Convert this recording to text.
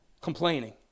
complaining